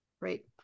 Great